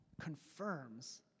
confirms